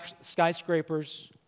skyscrapers